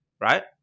right